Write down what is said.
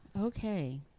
Okay